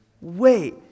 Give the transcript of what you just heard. Wait